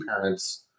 parents